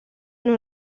non